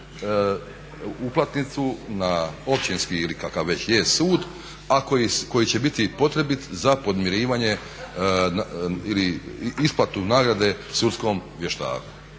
uplatnicu na općinski ili kakav već je sud a koji će biti potrebit za podmirivanje ili isplatu nagrade sudskom vještaku.